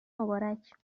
مبارک